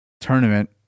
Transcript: tournament